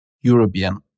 European